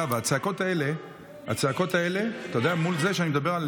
אתה יודע, הצעקות האלה מול זה שאני מדבר על